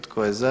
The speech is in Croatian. Tko je za?